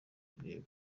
kureba